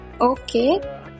Okay